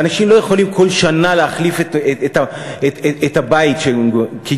ואנשים לא יכולים כל שנה להחליף את הבית שהם מתגוררים בו,